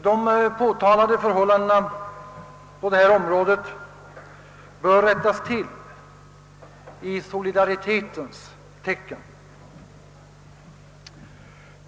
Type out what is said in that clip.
De påtalade förhållandena på detta område bör rättas till i solidaritetens namn.